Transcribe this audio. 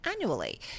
annually